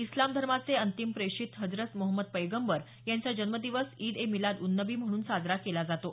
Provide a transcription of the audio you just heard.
इस्लाम धर्माचे अंतिम प्रेषित हजरत मोहमद पैगंबर यांचा जन्म दिवस ईद ए मिलाद उन नबी म्हणून साजरा केला जातो